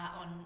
on